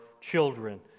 children